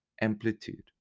amplitude